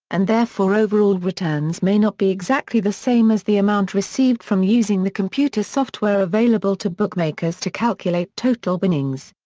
and therefore overall returns may not be exactly the same as the amount received from using the computer software available to bookmakers to calculate total winnings.